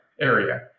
area